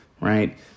right